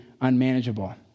unmanageable